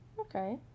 Okay